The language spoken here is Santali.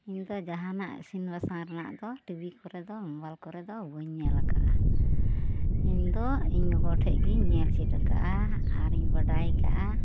ᱤᱧᱫᱚ ᱡᱟᱦᱟᱱᱟᱜ ᱤᱥᱤᱱ ᱵᱟᱥᱟᱝ ᱠᱚᱨᱮᱱᱟᱜ ᱫᱚ ᱴᱤᱵᱤ ᱠᱚᱨᱮᱫᱚ ᱢᱳᱵᱟᱭᱤᱞ ᱠᱚᱨᱮ ᱫᱚ ᱵᱟᱹᱧ ᱧᱮᱞ ᱟᱠᱟᱫᱼᱟ ᱤᱧ ᱫᱚ ᱤᱧ ᱜᱚᱜᱚ ᱴᱷᱮᱱ ᱜᱤᱧ ᱧᱮᱞ ᱪᱮᱫ ᱟᱠᱟᱫᱼᱟ ᱟᱨᱤᱧ ᱵᱟᱰᱟᱭ ᱟᱠᱟᱫᱼᱟ